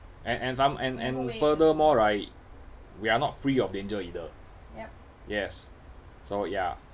and and some and and furthermore right we are not free of danger either yes so ya